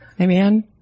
Amen